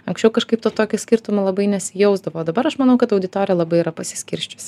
anksčiau kažkaip to tokio skirtumo labai nesijausdavo dabar aš manau kad auditorija labai yra pasiskirsčiusi